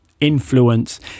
influence